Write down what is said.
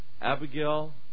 Abigail